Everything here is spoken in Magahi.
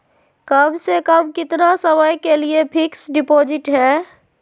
कम से कम कितना समय के लिए फिक्स डिपोजिट है?